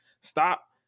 Stop